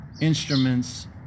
instruments